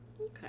Okay